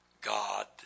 God